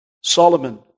Solomon